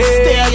stay